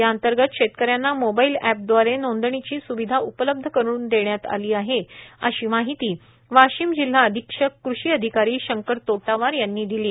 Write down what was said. या अंतर्गत शेतकऱ्यांना मोबाईल एपदवारे नोंदणीची स्विधा उपलब्ध करून देण्यात आली आहे अशी माहिती वाशिम जिल्हा अधीक्षक कृषि अधिकारी शंकर तोटावार यांनी दिली आहे